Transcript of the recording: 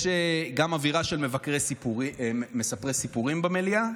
יש גם אווירה של מספרי סיפורים במליאה,